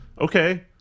okay